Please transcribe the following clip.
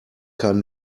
kein